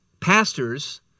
pastors